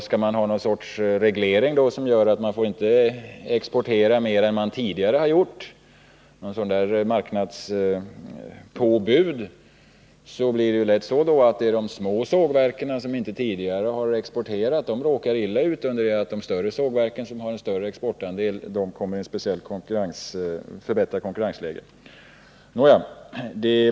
Skall man då ha någon sorts reglering, ett marknadspåbud, som gör att man inte får exportera mer än tidigare, blir det lätt så att de små sågverken som inte tidigare har exporterat råkar illa ut, under det att de större sågverken som har en större exportandel kommer i ett förbättrat konkurrensläge.